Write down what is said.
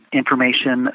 information